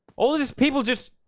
all these people just.